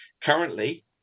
currently